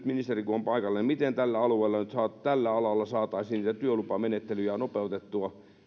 ministeri on paikalla miten tällä alalla saataisiin niitä työlupamenettelyjä nopeutettua